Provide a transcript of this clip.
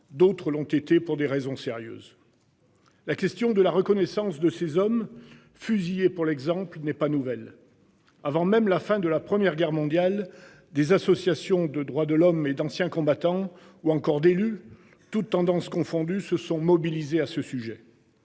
D'autres l'ont été pour des raisons sérieuses. La question de la reconnaissance de ses hommes fusillés pour l'exemple, il n'est pas nouvelle. Avant même la fin de la première guerre mondiale, des associations de droits de l'homme et d'anciens combattants ou encore d'élus, toutes tendances confondues se sont mobilisés à ce sujet.